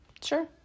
Sure